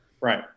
Right